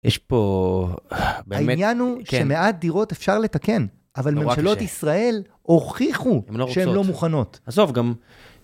יש פה, באמת, כן. העניין הוא שמעט דירות אפשר לתקן, אבל ממשלות ישראל הוכיחו שהן לא מוכנות. בסוף גם.